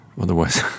Otherwise